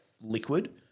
liquid